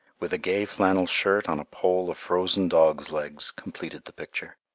with a gay flannel shirt on a pole of frozen dogs' legs, completed the picture.